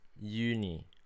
uni